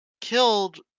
killed